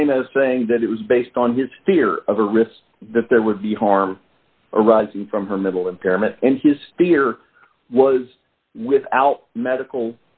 same as saying that it was based on his fear of a risk that there would be harm arising from her middle impairment and his fear was without medical